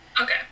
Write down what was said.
Okay